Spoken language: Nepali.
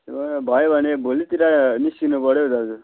त्यो उयो भयो भने भोलितिर निस्कनु पऱ्यौँ दाजु